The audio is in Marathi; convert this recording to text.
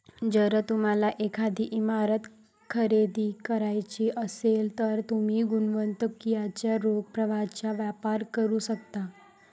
जर तुम्हाला एखादी इमारत खरेदी करायची असेल, तर तुम्ही गुंतवणुकीच्या रोख प्रवाहाचा वापर करू शकता